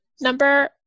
number